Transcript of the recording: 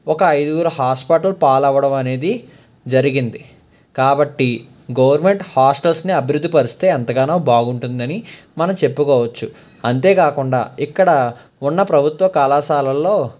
ఒక అయిదుగురు హాస్పటల్ పాలవ్వడం అనేది జరిగింది కాబట్టి గవర్నమెంట్ హాస్టల్స్ని అభివృద్ధిపరిస్తే ఎంతగానో బాగుంటుందని మనం చెప్పుకోవచ్చు అంతేకాకుండా ఇక్కడ ఉన్న ప్రభుత్వ కళాశాలలో